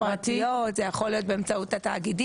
באמצעות המעסיקים באופן ישיר.